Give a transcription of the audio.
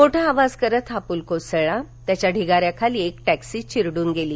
मोठा आवाज करत हा पूल कोसळला त्याच्या ढिगाऱ्याखाली एक मी चिरङ्न गेली